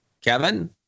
Kevin